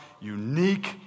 unique